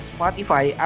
Spotify